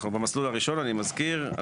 אנחנו במסלול הראשון אני מזכיר,